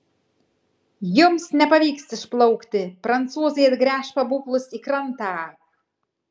jums nepavyks išplaukti prancūzai atgręš pabūklus į krantą